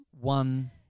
one